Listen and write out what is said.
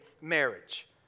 marriage